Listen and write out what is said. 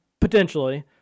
potentially